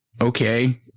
okay